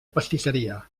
pastisseria